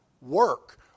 work